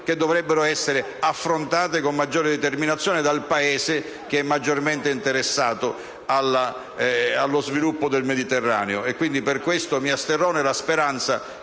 che dovrebbero essere affrontate con maggiore determinazione dal Paese che è maggiormente interessato allo sviluppo del Mediterraneo.